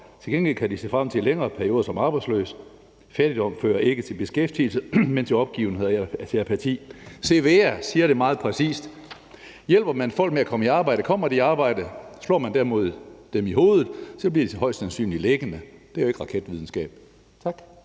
Til gengæld kan de se frem til længere perioder som arbejdsløs. Fattigdom fører ikke til beskæftigelse, men til opgivenhed og apati. Cevea siger det meget præcist: Hjælper man folk med at komme i arbejde, kommer de i arbejde. Slår man dem derimod i hovedet, bliver de højst sandsynligt liggende. Det er jo ikke raketvidenskab. Tak.